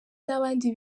n’abandi